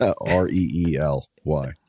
R-E-E-L-Y